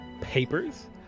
papers